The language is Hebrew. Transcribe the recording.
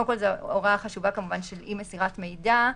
זאת הוראה חשובה של אי מסירת מידע,